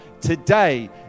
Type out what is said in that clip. today